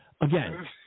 Again